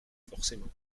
forcément